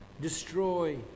destroy